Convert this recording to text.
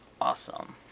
awesome